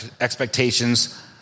expectations